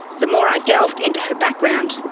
the more i delved into her background,